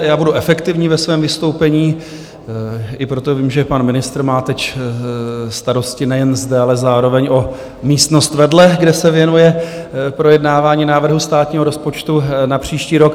Já budu efektivní ve svém vystoupení, i proto, že pan ministr má teď starosti nejen zde, ale zároveň o místnost vedle, kde se věnuje projednávání návrhu státního rozpočtu na příští rok.